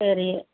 சரி